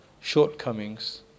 shortcomings